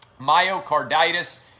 Myocarditis